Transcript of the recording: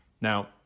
Now